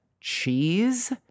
cheese